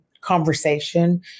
conversation